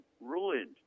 ruined